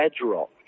bedrock